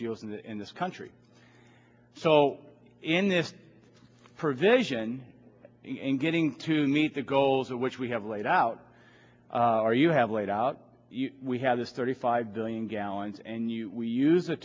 and in this country so in this provision and getting to meet the goals which we have laid out or you have laid out we have this thirty five billion gallons and you we use the